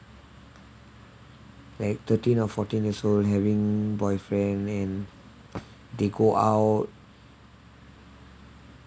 like thirteen or fourteen years old having boyfriend and they go out